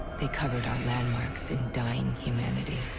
they covered our landworks in dying humanity.